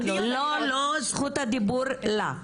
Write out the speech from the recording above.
זכות הדיבור היא לה,